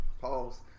Pause